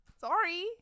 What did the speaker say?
Sorry